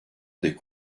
dek